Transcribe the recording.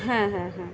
হ্যাঁ হ্যাঁ হ্যাঁ